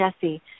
Jesse